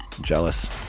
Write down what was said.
jealous